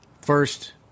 First